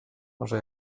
może